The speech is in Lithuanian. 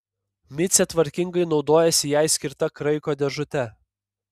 micė tvarkingai naudojasi jai skirta kraiko dėžute